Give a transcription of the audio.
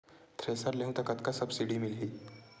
Thresher लेहूं त कतका सब्सिडी मिलही?